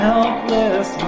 Helpless